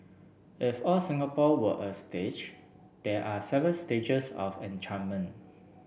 if all Singapore were a stage there are seven stages of enchantment